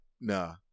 Nah